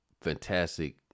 fantastic